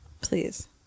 Please